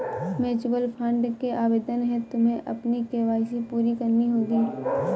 mutual fund के आवेदन हेतु तुम्हें अपनी के.वाई.सी पूरी करनी होगी